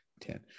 ten